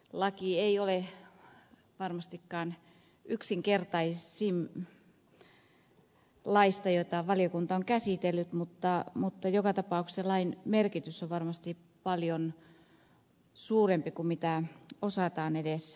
laki ei ole varmastikaan yksinkertaisin laeista joita valiokunta on käsitellyt mutta joka tapauksessa lain merkitys on varmasti paljon suurempi kuin osataan edes kuvitella